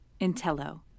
Intello